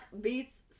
beats